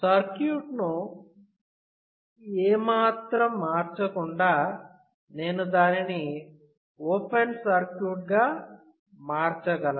సర్క్యూట్ను ఏమాత్రం మార్చకుండా నేను దానిని ఓపెన్ సర్క్యూట్గా మార్చగలను